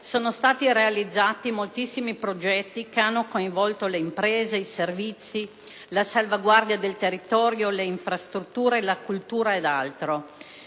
sono stati realizzati moltissimi progetti che hanno coinvolto le imprese, i servizi, la salvaguardia del territorio, le infrastrutture, la cultura ed altro.